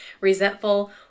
resentful